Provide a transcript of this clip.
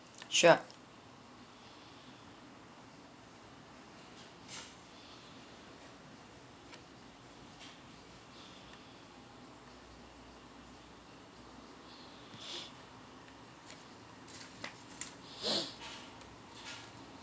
sure